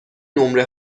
نمره